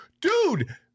dude